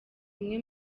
umwe